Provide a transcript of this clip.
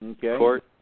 court